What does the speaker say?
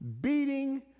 beating